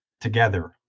together